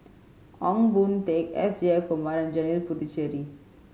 Ong Boon Tat S Jayakumar and Janil Puthucheary